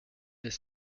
les